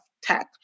tech